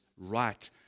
right